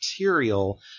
material